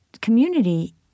community